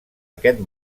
aquest